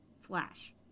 Flash